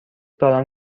دارم